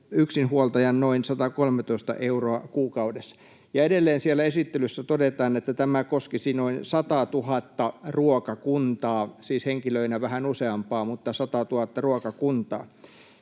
yksinhuoltajan noin 113 euroa kuukaudessa.” Ja edelleen siellä esittelyssä todetaan, että tämä koskisi noin 100 000:ta ruokakuntaa — siis henkilöinä vähän useampaa, mutta 100 000:ta ruokakuntaa.